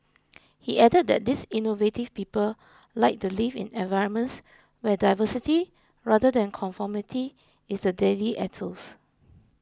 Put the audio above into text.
he added that these innovative people like to live in environments where diversity rather than conformity is the daily ethos